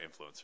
influencer